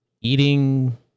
eating